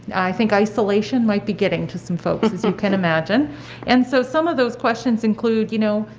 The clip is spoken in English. i think isolation might be getting to some folks as you can imagine and so some of those questions include you know,